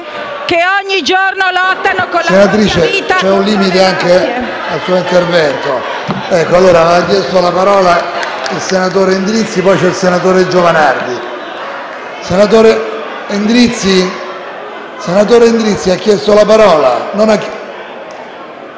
che ogni giorno lottano con la